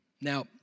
Now